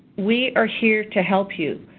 we are here to help you.